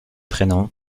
prénom